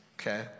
okay